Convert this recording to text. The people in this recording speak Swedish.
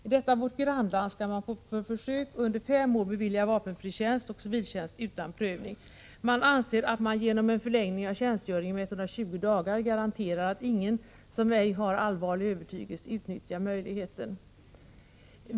I detta vårt grannland skall man på försök under fem år bevilja vapenfri tjänst och civiltjänst utan prövning. Man anser att man genom en förlängning av tjänstgöringen med 120 dagar garanterar att ingen som ej har allvarlig övertygelse utnyttjar möjligheten.